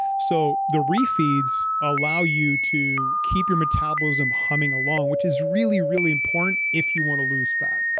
so the re feeds allow you to keep your metabolism humming along, which is really, really important if you want to lose fat.